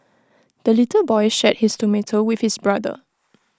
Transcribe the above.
the little boy shared his tomato with his brother